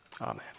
Amen